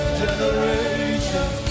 generations